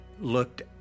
looked